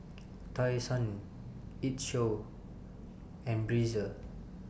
Tai Sun IT Show and Breezer